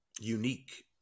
unique